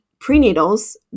prenatals